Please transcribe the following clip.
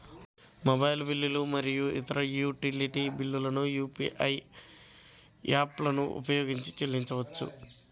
mobile బిల్లులు మరియు ఇతర యుటిలిటీ బిల్లులను యూ.పీ.ఐ యాప్లను ఉపయోగించి చెల్లించవచ్చు